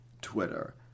Twitter